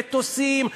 מטוסים,